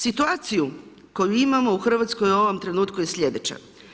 Situaciju koju imamo u Hrvatskoj u ovom trenutku je slijedeća.